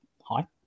Hi